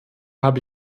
habe